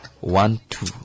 one-two